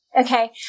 okay